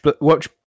watch